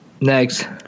Next